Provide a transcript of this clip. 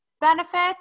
benefits